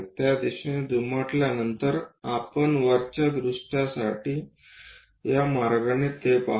त्या दिशेने दुमडल्यानंतर आपण वरच्या दृश्यासाठी या मार्गाने ते पाहू